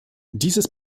dieses